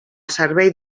servei